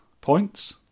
Points